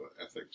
ethics